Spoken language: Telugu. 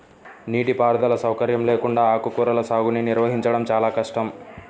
నీటిపారుదల సౌకర్యం లేకుండా ఆకుకూరల సాగుని నిర్వహించడం చాలా కష్టం